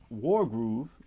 Wargroove